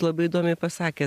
labai įdomiai pasakė